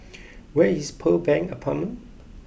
where is Pearl Bank Apartment